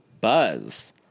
Buzz